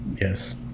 yes